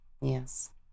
yes